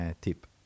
tip